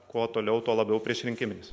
kuo toliau tuo labiau priešrinkiminis